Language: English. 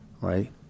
right